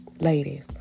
Ladies